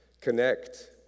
Connect